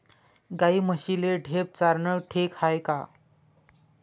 गाई म्हशीले ढेप चारनं ठीक हाये का?